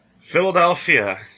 Philadelphia